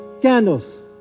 candles